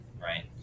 Right